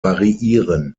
variieren